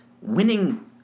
winning